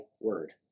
word